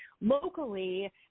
locally